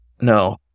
No